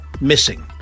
missing